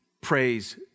praise